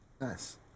Nice